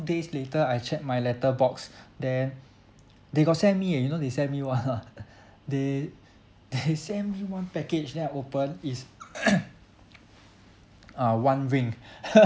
days later I check my letter box then they got send me ah you know they send me what or not they they send me one package then I open is uh one ring